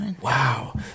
Wow